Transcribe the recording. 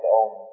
own